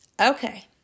okay